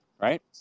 right